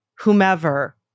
whomever